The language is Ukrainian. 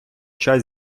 час